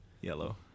Yellow